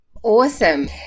Awesome